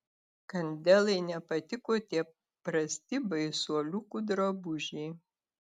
kandelai nepatiko tie prasti baisuoliukų drabužiai